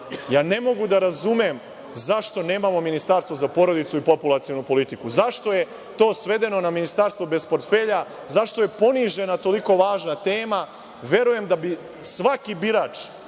Ne mogu da razumem zašto nemamo ministarstvo za porodicu i populacionu politiku. Zašto je to svedeno na Ministarstvo bez portfelja, zašto je ponižena toliko važna tema? Verujem da bi svaki birač